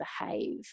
behave